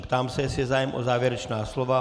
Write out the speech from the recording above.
Ptám se, jestli je zájem o závěrečná slova.